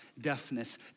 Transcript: deafness